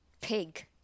Pig